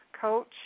coach